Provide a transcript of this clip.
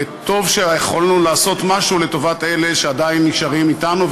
וטוב שיכולנו לעשות משהו לטובת אלה שעדיין נשארים אתנו,